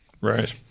Right